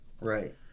Right